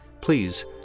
please